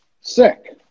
sick